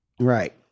right